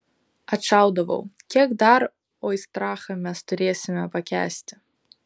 atšaudavau kiek dar oistrachą mes turėsime pakęsti